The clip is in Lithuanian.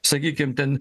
sakykim ten